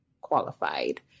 qualified